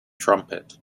trumpet